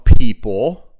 people